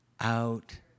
out